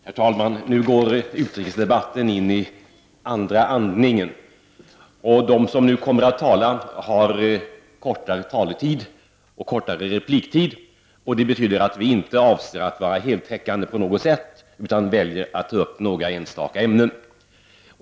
Herr talman! Nu går utrikesdebatten in i andra andningen, och de som nu kommer att tala har kortare taletid och kortare repliktid till förfogande. Det innebär att vi inte avser att vara heltäckande utan väljer att ta upp några enstaka ämnen.